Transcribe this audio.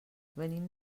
venim